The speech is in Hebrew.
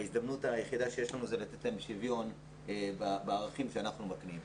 ההזדמנות היחידה שיש לנו זה לתת להם שיוון בערכים שאנחנו מקנים.